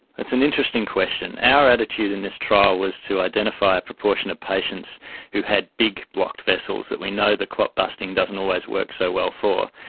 that's an interesting question. our attitude in this trial was to identify a proportion of patients who had big blocked vessels that we know the clot busting doesn't always work so well for.